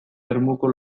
ermuko